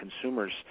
consumers